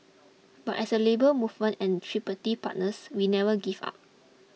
but as a Labour Movement and tripartite partners we never give up